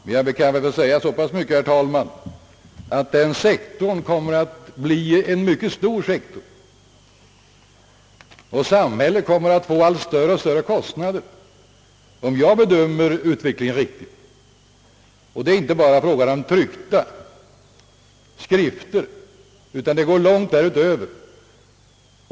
Men jag vill i alla fall, herr talman, säga att denna sektor kommer att bli mycket stor, och samhället kommer att få allt större och större kostnader, om jag bedömer utvecklingen riktigt. Och det är inte bara fråga om tryckta skrifter utan det går långt därutöver.